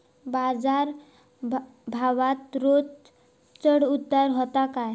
बाजार भावात रोज चढउतार व्हता काय?